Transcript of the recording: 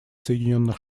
соединенных